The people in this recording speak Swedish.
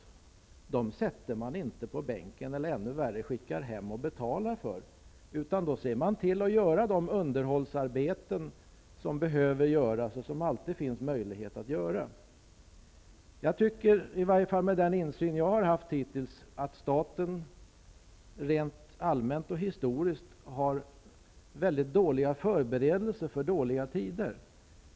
Den personalen sätter man inte på bänken eller -- ännu värre -- skickar hem och betalar för, utan man ser till att den får utföra nödvändiga underhållsarbeten. Det finns alltid sådana möjligheter. Med den insyn jag hittills haft tycker jag att staten rent allmänt och historiskt har väldigt dåliga förberedelser för dåliga tider.